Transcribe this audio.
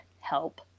help